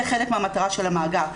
זה חלק מהמטרה של המאגר,